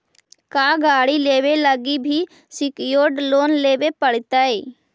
का गाड़ी लेबे लागी भी सेक्योर्ड लोन लेबे पड़तई?